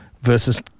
versus